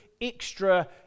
extra